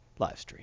livestream